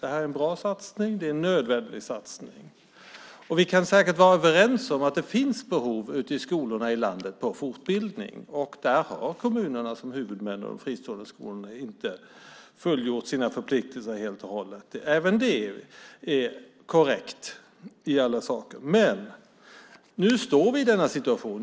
Det är en bra och en nödvändig satsning. Vi kan säkert vara överens om att det ute i skolorna i landet finns behov av fortbildning, och där har kommunerna och de fristående skolorna som huvudmän inte fullgjort sina förpliktelser helt och hållet. Även det är korrekt. Men nu står vi i denna situation.